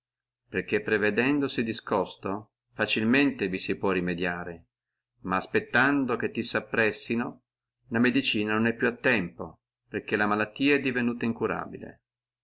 perché prevedendosi discosto facilmente vi si può rimediare ma aspettando che ti si appressino la medicina non è a tempo perché la malattia è diventata incurabile